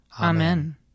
Amen